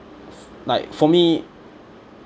f~ like for me